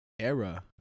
era